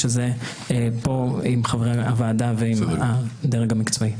הזה פה עם חברי הוועדה ועם הדרג המקצועי.